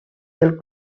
del